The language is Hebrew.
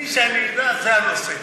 בלי שאני אדע, זה הנושא.